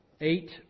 eight